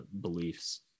beliefs